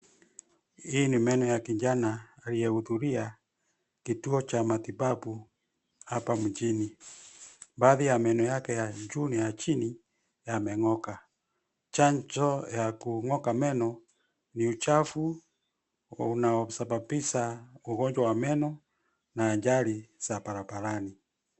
Hii ni meno ya kijana aliyehudhuria kituo cha matibabu hapa mjini. Baadhi ya meno yake. ya juu na ya chini yameng'oka. Chanzo ya kung'oka meno ni uchafu unaosababisha ugonjwa wa meno na ajali za barabarani.